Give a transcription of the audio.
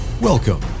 Welcome